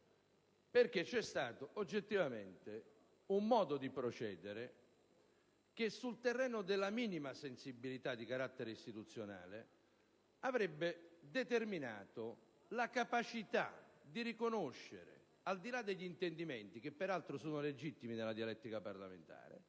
C'è stato oggettivamente un modo di procedere che, sul terreno della minima sensibilità di carattere istituzionale, avrebbe determinato la capacità di riconoscere, al di là degli intendimenti, che peraltro sono legittimi nella dialettica parlamentare,